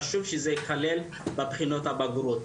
חשוב שזה ייכלל בבחינות הבגרות,